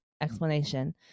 explanation